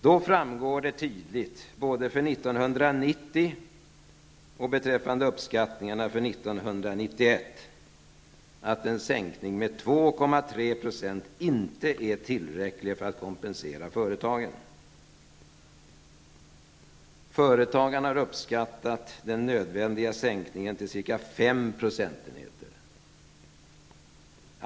Då framgår det tydligt, både för 1990 och beträffande uppskattningarna för 1991, att en sänkning med 2,3 % inte är tillräckligt för att kompensera företagen. Företagarna har uppskattat den nödvändiga sänkningen till ca 5 procentenheter.